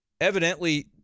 evidently